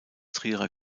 trierer